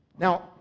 Now